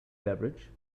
beverage